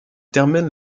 termine